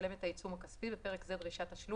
לשלם את העיצום הכספי (בפרק זה דרישת תשלום),